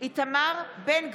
איתמר בן גביר,